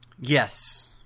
Yes